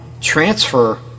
transfer